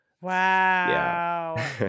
Wow